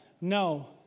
no